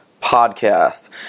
podcast